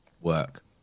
work